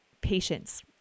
patience